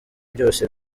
byose